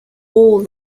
all